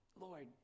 lord